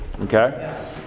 Okay